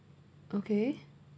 okay